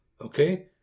okay